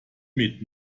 made